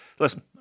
Listen